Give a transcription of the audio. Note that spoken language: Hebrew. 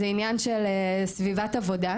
זה עניין של סביבת עבודה,